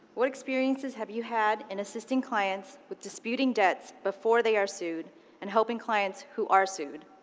what experiences have you had in assisting clients with disputing debts before they are sued and helping clients who are sued?